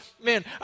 man